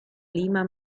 lima